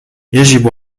يجب